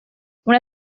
una